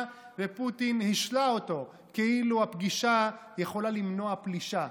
ופוטין השלה אותו כאילו הפגישה יכולה למנוע פלישה,